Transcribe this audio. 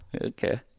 Okay